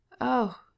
Oh